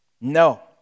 No